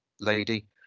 lady